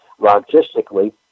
logistically